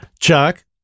Chuck